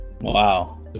Wow